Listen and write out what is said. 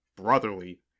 brotherly